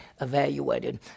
evaluated